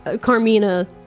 Carmina